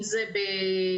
אם זה בווטסאפים,